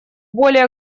более